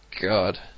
God